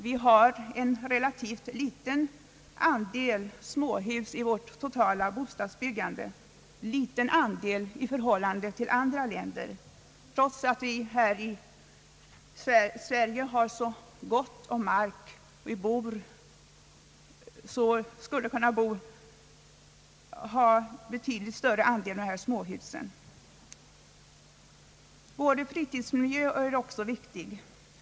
Vi har en relativt liten andel småhus i vårt totala bostadsbyggande, en liten andel i förhållande till andra länder, trots att vi här i Sverige har så gott om mark. Vi borde ha betydligt större andel småhus. Fritidsmiljön är också viktig.